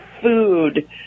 food